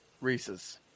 Reese's